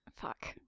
Fuck